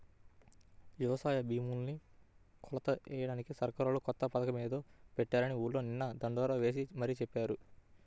యవసాయ భూముల్ని కొలతలెయ్యడానికి సర్కారోళ్ళు కొత్త పథకమేదో పెట్టారని ఊర్లో నిన్న దండోరా యేసి మరీ చెప్పారు